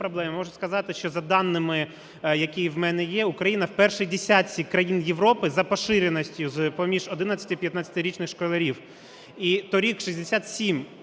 можу сказати, що за даними, які в мене є, Україна в першій десятці країн Європи за поширеністю з-поміж 11-15-річних школярів, і торік 67 відсотків